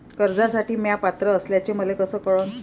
कर्जसाठी म्या पात्र असल्याचे मले कस कळन?